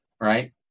right